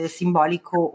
simbolico